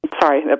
Sorry